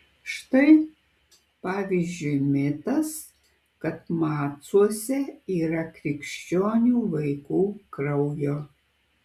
štai pavyzdžiui mitas kad macuose yra krikščionių vaikų kraujo